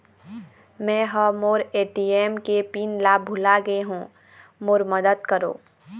मै ह मोर ए.टी.एम के पिन ला भुला गे हों मोर मदद करौ